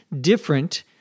different